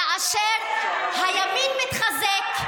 כאשר הימין מתחזק,